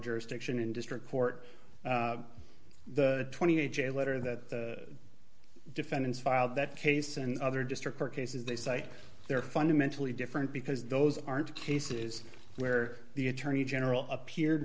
jurisdiction in district court the twenty a j letter that defendants filed that case and other district court cases they say they're fundamentally different because those aren't cases where the attorney general appeared